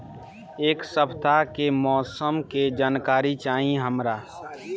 एक सपताह के मौसम के जनाकरी चाही हमरा